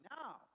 now